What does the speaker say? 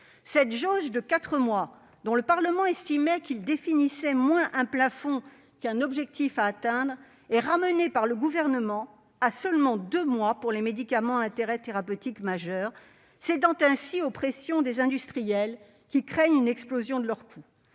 cette jauge de quatre mois, dont le Parlement estimait qu'elle définissait moins un plafond qu'un objectif à atteindre, est ramenée par le Gouvernement à seulement deux mois pour les médicaments d'intérêt thérapeutique majeur, les MITM, cédant ainsi aux pressions des industriels qui craignent une explosion de leurs coûts.